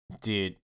dude